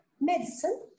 medicine